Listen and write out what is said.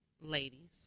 ladies